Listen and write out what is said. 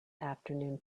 afternoon